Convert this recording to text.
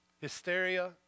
hysteria